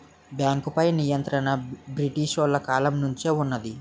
బేంకుపై నియంత్రణ బ్రిటీసోలు కాలం నుంచే వున్నది